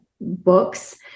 books